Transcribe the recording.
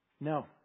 No